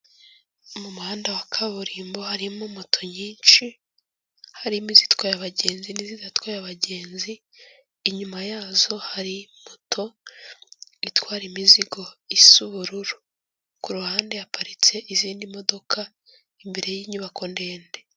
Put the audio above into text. Mu muhanda wa kaburimbo harimo moto nyinshi, harimo izitwaye abagenzi n'izidatwaye abagenzi, inyuma yazo hari moto itwara imizigo isa ubururu, ku ruhande haparitse izindi modoka, imbere y'inyubako ndende.